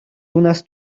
юунаас